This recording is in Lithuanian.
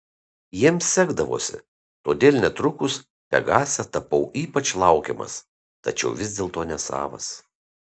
jiems sekdavosi todėl netrukus pegase tapau ypač laukiamas tačiau vis dėlto nesavas